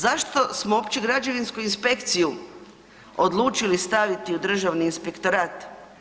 Zašto smo uopće građevinsku inspekciju odlučili staviti u Državni inspektorat?